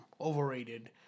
overrated